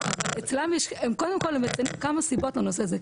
אצלם הם קודם כל מציינים כמה סיבות לנושא הזה.